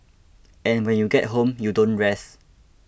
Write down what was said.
and when you get home you don't rest